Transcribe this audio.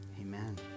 Amen